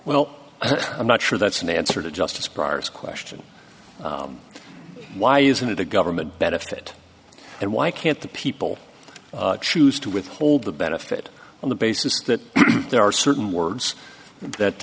well i'm not sure that's an answer to justice parse question why isn't it a government benefit and why can't the people choose to withhold the benefit on the basis that there are certain words that